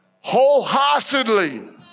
wholeheartedly